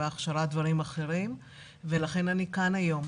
בהכשרה אני דברים אחרים ולכן אני כאן היום.